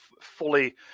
fully